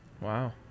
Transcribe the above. Wow